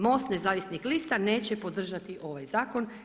Most nezavisnih lista neće podržati ovaj zakon.